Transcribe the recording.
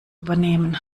übernehmen